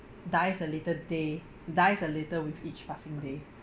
dies a little day dies a little with each passing day